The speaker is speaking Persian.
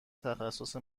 تخصص